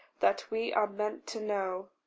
that we are meant to know.